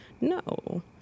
no